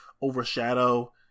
overshadow